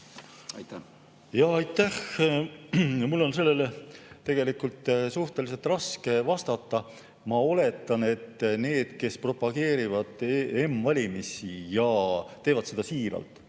Aitäh! Mul on sellele suhteliselt raske vastata. Ma oletan, et need, kes propageerivad m‑valimisi ja teevad seda siiralt